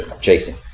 Jason